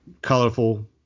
colorful